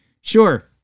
Sure